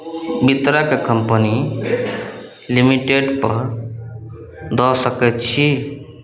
बितरक company limited पर दऽ सकैत छी